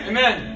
Amen